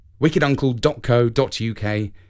wickeduncle.co.uk